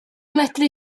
medru